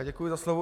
Děkuji za slovo.